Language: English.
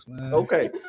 Okay